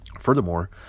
Furthermore